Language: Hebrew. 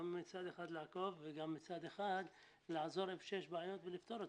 גם מצד אחד לעקוב וגם מצד אחד לעזור איפה שיש בעיות ולפתור אותן.